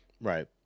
Right